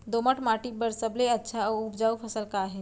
दोमट माटी बर सबले अच्छा अऊ उपजाऊ फसल का हे?